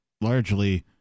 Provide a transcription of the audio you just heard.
largely